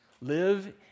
live